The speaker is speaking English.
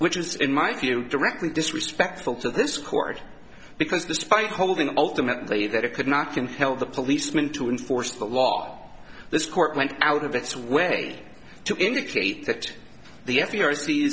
which is in my view directly disrespectful to this court because despite holding an ultimate play that it could not can tell the policeman to enforce the law this court went out of its way to indicate that the